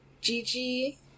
Gigi